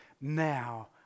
now